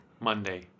Monday